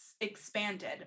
expanded